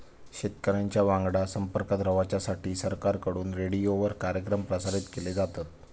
शेतकऱ्यांच्या वांगडा संपर्कात रवाच्यासाठी सरकारकडून रेडीओवर कार्यक्रम प्रसारित केले जातत